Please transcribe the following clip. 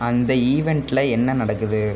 அந்த ஈவெண்ட்டில் என்ன நடக்குது